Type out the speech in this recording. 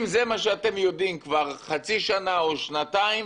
אם זה מה שאתם יודעים כבר חצי שנה או שנתיים